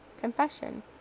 confession